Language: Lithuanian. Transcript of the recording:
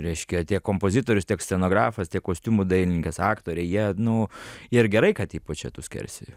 reiškia tiek kompozitorius tiek scenografas tiek kostiumų dailininkas aktoriai jie nu jie ir gerai kad įpučia tų skersvėjų